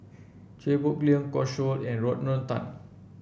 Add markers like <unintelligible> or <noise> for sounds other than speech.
Chia Boon Leong <unintelligible> and Rodney Tan